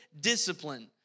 discipline